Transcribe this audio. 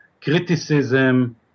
criticism